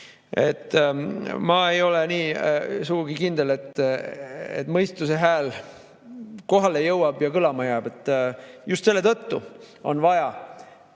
Ma ei ole sugugi kindel, et mõistuse hääl kohale jõuab ja kõlama jääb. Just selle tõttu on vaja